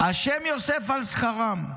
"ה' יוסף על שכרם,